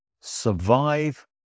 Survive